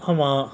ஆமா:aama